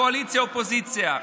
קואליציה או אופוזיציה.